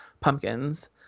pumpkins